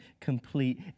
complete